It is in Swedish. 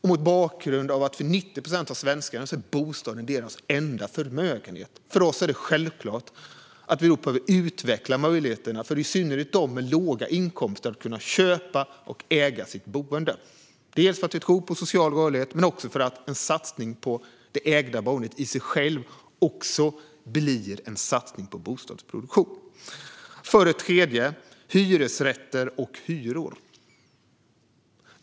Mot bakgrund av att bostaden är den enda förmögenheten för 90 procent av svenskarna är det för oss självklart att vi behöver utveckla möjligheterna för i synnerhet dem med låga inkomster att köpa och äga sitt boende. Vi tror nämligen på social rörlighet. En satsning på det ägda boendet blir också i sig själv en satsning på bostadsproduktion. För det tredje handlar det om hyresrätter och hyror.